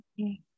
Okay